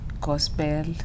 gospel